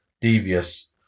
devious